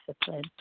discipline